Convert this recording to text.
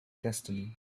destiny